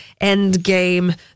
Endgame